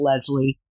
leslie